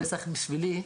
פסח נשאר בשבילי,